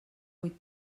vuit